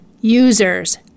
users